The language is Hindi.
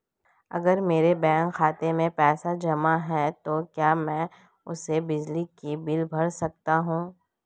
अगर मेरे बैंक खाते में पैसे जमा है तो क्या मैं उसे बिजली का बिल भर सकता हूं?